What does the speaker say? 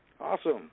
Awesome